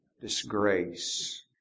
Disgrace